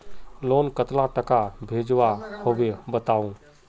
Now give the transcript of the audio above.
Loan कतला टाका भेजुआ होबे बताउ?